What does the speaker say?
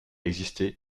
existé